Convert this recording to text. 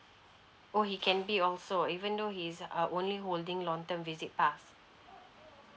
oh he can be also even though he is uh only holding long term visit pass